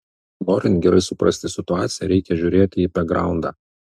norint gerai suprasti situaciją reikia žiūrėti į bekgraundą